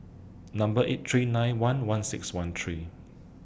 Number eight three nine one one six one three